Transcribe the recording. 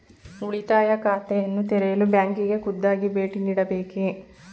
ಉಳಿತಾಯ ಖಾತೆಯನ್ನು ತೆರೆಯಲು ಬ್ಯಾಂಕಿಗೆ ಖುದ್ದಾಗಿ ಭೇಟಿ ನೀಡಬೇಕೇ?